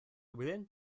within